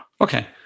Okay